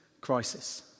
crisis